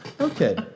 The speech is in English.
okay